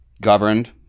governed